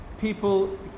People